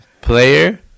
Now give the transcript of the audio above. player